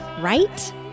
Right